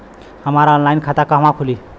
हमार ऑनलाइन खाता कहवा खुली?